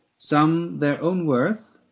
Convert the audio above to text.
some their own worth,